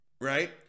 right